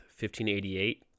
1588